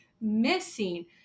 missing